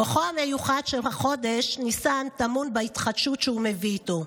כוחו המיוחד של חודש ניסן טמון בהתחדשות שהוא מביא איתו,